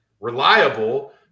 reliable